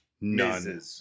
none